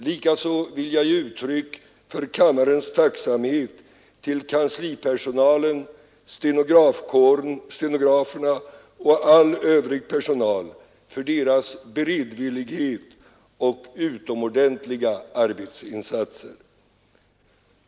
Likaså vill jag ge uttryck för kammarens tacksamhet till kanslipersonalen, stenograferna och all övrig personal för deras beredvillighet och utomordentliga arbetsinsatser.